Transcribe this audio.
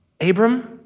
Abram